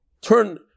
turn